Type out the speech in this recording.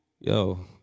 Yo